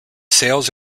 sales